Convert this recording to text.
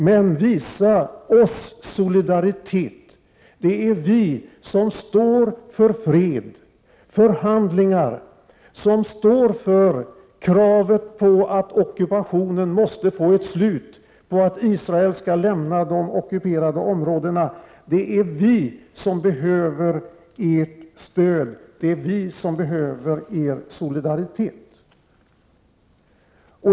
Men visa oss solidaritet. Det är vi som står för fred, för förhandlingar, för kravet på att ockupationen måste få ett slut och att Israel skall lämna de ockuperade områdena. Det är vi som behöver ert stöd. Det är vi som behöver er solidaritet.